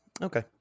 Okay